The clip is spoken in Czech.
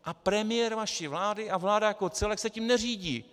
A premiér vaší vlády a vláda jako celek se tím neřídí